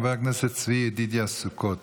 חבר הכנסת צבי ידידיה סוכות,